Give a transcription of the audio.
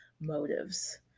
motives